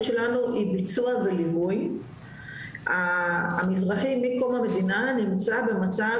שלנו היא ביצוע וליווי המזרחי מקום המדינה נמצא במצב